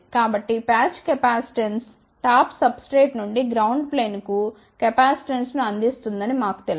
కాబట్టి patch capacitance top substrate నుండి ground ప్లేన్కు కెపాసిటెన్స్ను అందిస్తుందని మాకు తెలుసు